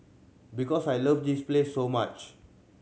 because I love this place so much